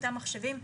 אותם מחשבים,